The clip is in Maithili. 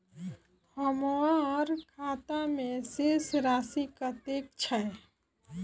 हम्मर खाता मे शेष राशि कतेक छैय?